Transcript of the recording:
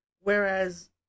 Whereas